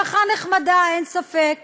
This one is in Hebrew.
משפחה נחמדה, אין ספק.